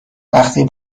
وقتی